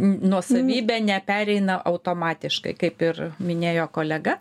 n nuosavybė nepereina automatiškai kaip ir minėjo kolega